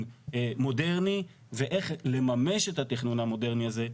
מודרני ואיך לממש את התכנון המודרני הזה,